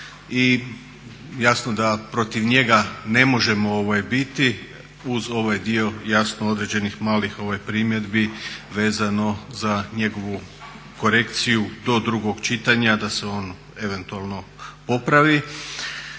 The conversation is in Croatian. i jasno da protiv njega ne možemo biti uz ovaj dio jasno određenih malih primjedbi vezano za njegovu korekciju do drugog čitanja da se on eventualno popravi.